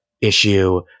issue